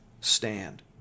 stand